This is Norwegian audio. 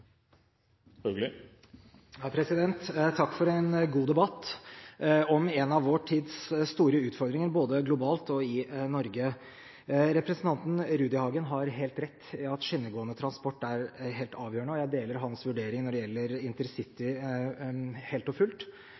en av vår tids store utfordringer, både globalt og i Norge. Representanten Rudihagen har helt rett i at skinnegående transport er helt avgjørende, og jeg deler helt og fullt hans vurdering når det gjelder intercity.